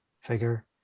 figure